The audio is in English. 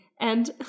and-